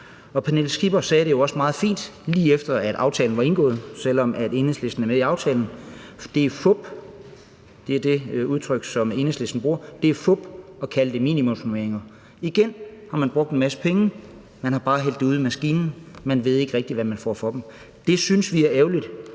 Pernille Skipper sagde det jo også meget fint, lige efter aftalen var indgået, selv om Enhedslisten er med i aftalen, nemlig at det er fup – det er det udtryk, som Enhedslisten bruger – at kalde det minimumsnormeringer. Igen har man brugt en masse penge, men man har bare hældt dem ned i maskinen og ved ikke rigtig, hvad man får for dem. Det synes vi er ærgerligt.